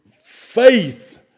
faith